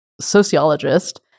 sociologist